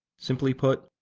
simply put,